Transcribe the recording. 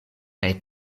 kaj